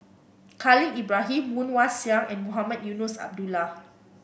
Khalil Ibrahim Woon Wah Siang and Mohamed Eunos Abdullah